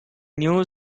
new